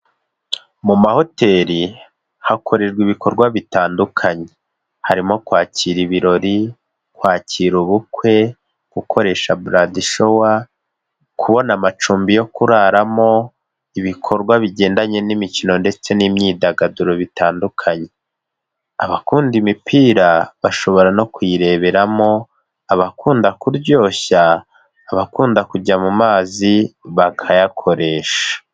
Mu mahoteri hakorerwa ibikorwa bitandukanye, harimo kwakira ibirori, kwakira ubukwe, gukoresha buradishowa, kubona amacumbi yo kuraramo, ibikorwa bigendanye n'imikino ndetse n'imyidagaduro bitandukanye, abakunda imipira bashobora no kuyireberamo, abakunda kuryoshya, abakunda kujya mu mazi bakayakoresha.